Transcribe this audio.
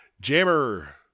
Jammer